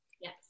Yes